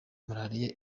malariya